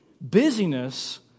Busyness